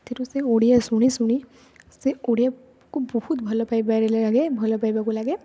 ସେଥିରୁ ସେ ଓଡ଼ିଆ ଶୁଣି ଶୁଣି ସେ ଓଡ଼ିଆକୁ ବହୁତ ଭଲ ପାଇବାରେ ଲାଗେ ଭଲ ପାଇବାକୁ ଲାଗେ